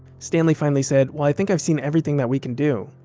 stanley finally said, well, i think i've seen everything that we can do.